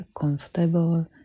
comfortable